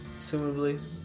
Assumably